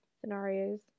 scenarios